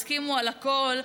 הסכימו על הכול,